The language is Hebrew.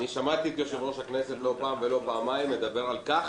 אני שמעתי את יושב-ראש הכנסת לא פעם ולא פעמיים מדבר על כך